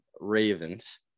Ravens